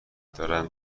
دارم